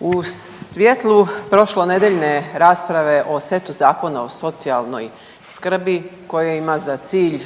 u svjetlu prošlonedjeljne rasprave o setu zakona o socijalnoj skrbi koje ima za cilj,